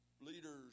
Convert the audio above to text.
leaders